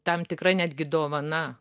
tam tikra netgi dovana